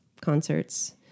concerts